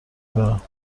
برم